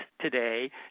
today